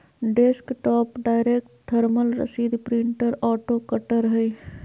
desktop direct thermal रसीद printer auto cutter हइ